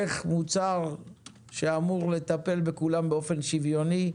איך מוצר שאמור לטפל בכולם באופן שוויוני,